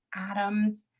adams,